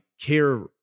care